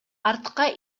артка